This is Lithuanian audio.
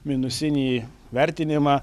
minusinį vertinimą